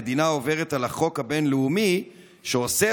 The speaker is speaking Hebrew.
המדינה עוברת על החוק הבין-לאומי שאוסר